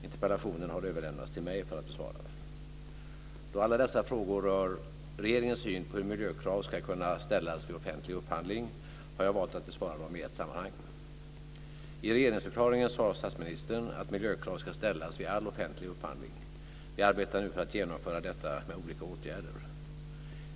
Interpellationen har överlämnats till mig för att besvaras. Då alla dessa frågor rör regeringens syn på hur miljökrav ska kunna ställas vid offentlig upphandling har jag valt att besvara dem i ett sammanhang. I regeringsförklaringen sade statsministern att miljökrav ska ställas vid all offentlig upphandling. Vi arbetar nu för att genomföra detta med olika åtgärder.